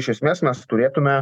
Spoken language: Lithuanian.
iš esmės mes turėtume